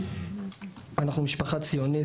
אנחנו משפחה ציונית,